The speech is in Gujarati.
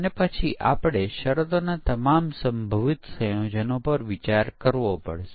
અને એ પણ જ્યારે આપણે વિકાસના તબક્કાના કારણે પરીક્ષણનું આયોજન કરી શકીએ છીયે